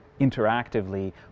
interactively